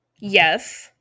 Yes